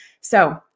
so-